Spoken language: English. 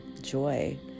joy